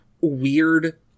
weird